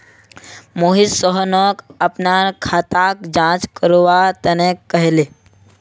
मोहित सोहनक अपनार खाताक जांच करवा तने कहले